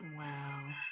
Wow